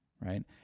right